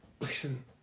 listen